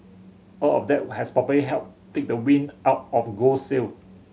all of that who has probably helped take the wind out of gold's sail